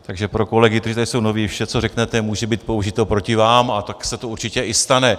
Takže pro kolegy, kteří jsou tady noví: Vše, co řeknete, může být použito proti vám a taky se to určitě i stane.